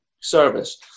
service